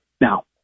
Now